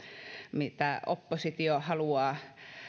mitä oppositio haluaa